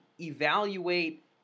evaluate